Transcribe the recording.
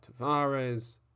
Tavares